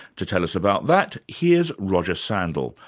to tell us about that, here's roger sandall,